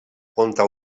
contra